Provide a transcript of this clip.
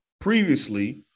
previously